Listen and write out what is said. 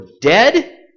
dead